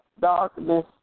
darkness